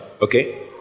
Okay